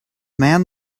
man